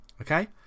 Okay